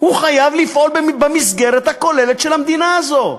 הוא חייב לפעול במסגרת הכוללת של המדינה הזו,